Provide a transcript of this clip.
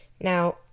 Now